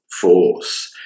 force